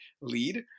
lead